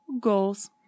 goals